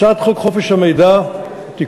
הצעת חוק חופש המידע (תיקון,